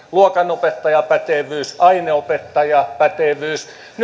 luokanopettajan pätevyyden ja aineenopettajan pätevyyden nyt arvoisa